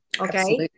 Okay